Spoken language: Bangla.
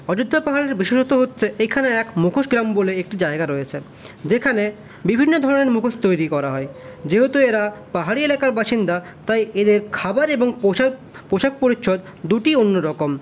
অযোধ্যা পাহাড়ের বিশেষত্ব হচ্ছে এইখানে এক মুখোশ গ্রাম বলে একটি জায়গা রয়েছে যেখানে বিভিন্ন ধরনের মুখোশ তৈরি করা হয় যেহেতু এরা পাহাড়ি এলাকার বাসিন্দা তাই এদের খাবার এবং পোশাক পোশাক পরিচ্ছদ দুটিই অন্যরকম